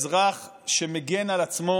אזרח שמגן על עצמו